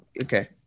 Okay